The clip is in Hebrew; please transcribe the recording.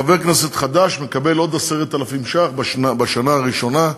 חבר כנסת חדש מקבל עוד 10,000 ש"ח בשנה הראשונה,